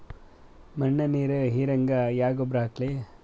ಮಣ್ಣ ನೀರ ಹೀರಂಗ ಯಾ ಗೊಬ್ಬರ ಹಾಕ್ಲಿ?